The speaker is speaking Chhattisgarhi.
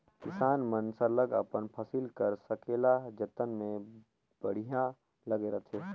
किसान मन सरलग अपन फसिल कर संकेला जतन में बड़िहा लगे रहथें